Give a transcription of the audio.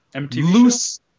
loose